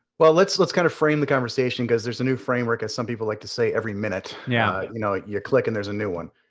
well let's let's kind of frame the conversation, cause there's a new framework, as some people like to say, every minute. yeah you know you click and there's a new one.